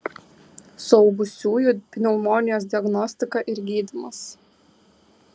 suaugusiųjų pneumonijos diagnostika ir gydymas